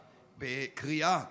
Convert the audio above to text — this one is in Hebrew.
בקריאה: